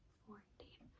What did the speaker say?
fourteen